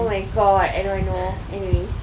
oh my god I know I know anyways